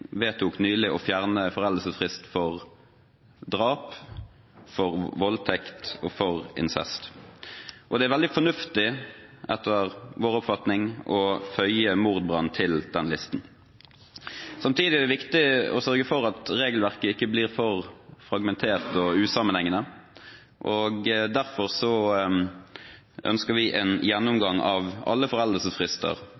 vedtok nylig å fjerne foreldelsesfrist for drap, for voldtekt og for incest. Det er veldig fornuftig, etter vår oppfatning, å føye mordbrann til den listen. Samtidig er det viktig å sørge for at regelverket ikke blir for fragmentert og usammenhengende, og derfor ønsker vi en gjennomgang av alle foreldelsesfrister